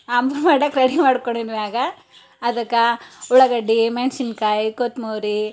ಆಂಬೂರು ಮಾಡೋಕೆ ರೆಡಿ ಮಾಡ್ಕೊಂಡಿದ್ಮ್ಯಾಗ ಅದಕ್ಕೆ ಉಳ್ಳಾಗಡ್ಡಿ ಮೆಣ್ಸಿನ್ಕಾಯಿ ಕೊತ್ತಂಬ್ರಿ